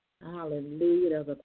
Hallelujah